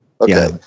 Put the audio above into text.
Okay